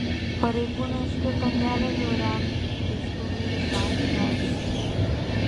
pareigūnai užkirto kelią žiauriam teistų vyrų santykių aiškinimuisi